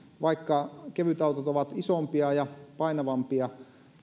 vaikka kevytautot ovat isompia ja painavampia